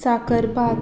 साकरबात